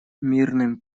мирным